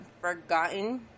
forgotten